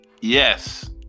yes